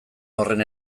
horren